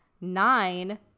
Nine